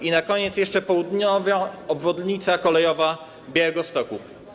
I na koniec jeszcze południowa obwodnica kolejowa Białegostoku.